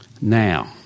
Now